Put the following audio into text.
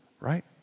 right